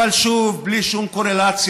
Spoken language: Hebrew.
אבל שוב, ובלי שום קורלציה: